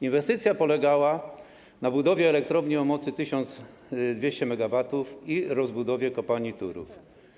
Inwestycja polegała na budowie elektrowni o mocy 1200 MW i rozbudowie kopalni Turów.